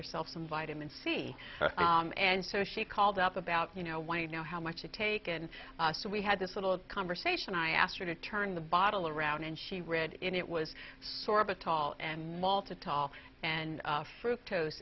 herself some vitamin c and so she called up about you know why you know how much to take and so we had this little conversation i asked her to turn the bottle around and she read it it was sort of a tall and malta tall and fruit toast